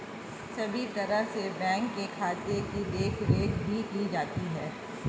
सभी तरह से बैंक के खाते की देखरेख भी की जाती है